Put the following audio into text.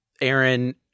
Aaron